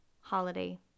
holiday